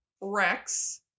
Rex